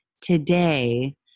today